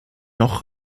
noch